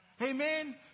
Amen